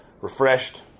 refreshed